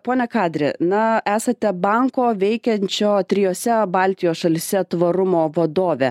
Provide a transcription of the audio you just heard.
pone kadre na esate banko veikiančio trijose baltijos šalyse tvarumo vadove